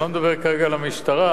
אני לא מדבר כרגע על המשטרה,